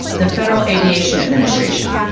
the federal aviation administration.